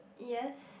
yes